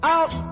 Out